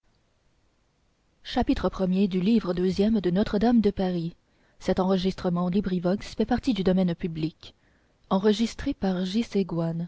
de notre-dame de paris